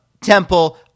temple